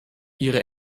ihre